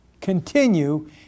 continue